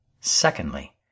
secondly